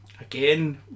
Again